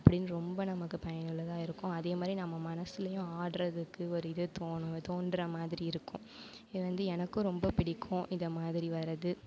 அப்படினு ரொம்ப நமக்கு பயனுள்ளதாகருக்கும் அதே மாதிரி நம்ம மனசுலையும் ஆடுறதுக்கு ஒரு இது தோணும் தோன்றமாதிரியிருக்கும் இது வந்து எனக்கும் ரொம்ப பிடிக்கும் இதைமாதிரி வரது